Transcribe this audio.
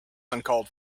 uncalled